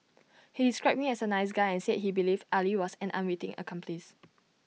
he described him as A nice guy and said he believed Ali was an unwitting accomplice